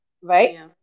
right